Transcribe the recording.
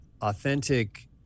authentic